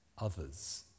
others